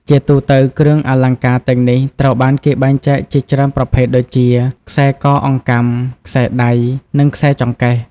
ជាទូទៅ គ្រឿងអលង្ការទាំងនេះត្រូវបានគេបែងចែកជាច្រើនប្រភេទដូចជា ខ្សែកអង្កាំ ខ្សែដៃ និង ខ្សែចង្កេះ។